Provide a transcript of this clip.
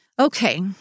Okay